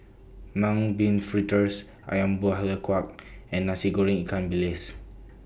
Mung Bean Fritters Ayam Buah Keluak and Nasi Goreng Ikan Bilis